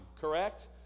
correct